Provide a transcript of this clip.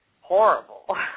horrible